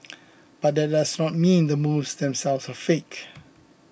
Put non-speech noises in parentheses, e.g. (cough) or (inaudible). but that (unintelligible) mean the moves themselves are fake